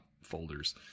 folders